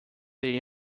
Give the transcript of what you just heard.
there